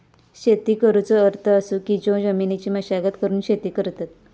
शेती करुचो अर्थ असो की जो जमिनीची मशागत करून शेती करतत